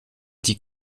die